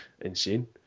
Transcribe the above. insane